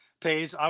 page